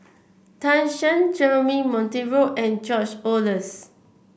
Tan Shen Jeremy Monteiro and George Oehlers